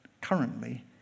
currently